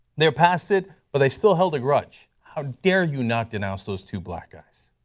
they are past it, but they still held a grudge. how dare you not denounce those two black guys?